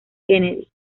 kennedy